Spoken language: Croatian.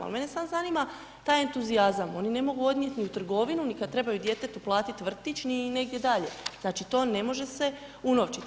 Ali mene samo zanima taj entuzijazam, oni ne mogu odnijet ni u trgovinu, ni kad trebaju djetetu platit vrtić, ni negdje dalje, znači tone može se unovčit.